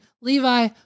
Levi